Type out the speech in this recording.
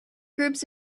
groups